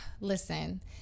listen